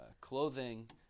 clothing